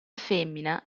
femmina